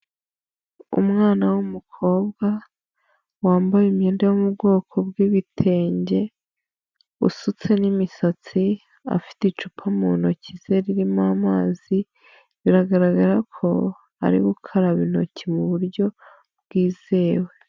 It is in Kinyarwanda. Umwana w'umukobwa wambaye imyenda yo mu bwoko bw'ibitenge usutse n'imisatsi afite icupa mu ntoki ze ririmo amazi, biragaragara ko arimo gukaraba intoki mu buryo bwizewe.